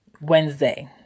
Wednesday